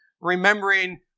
remembering